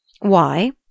Why